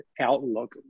outlook